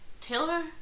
Taylor